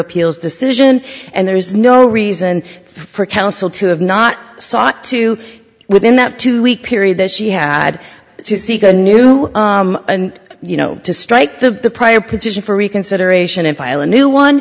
appeals decision and there is no reason for counsel to have not sought to within that two week period that she had to seek a new you know to strike the prior petition for reconsideration and file a new one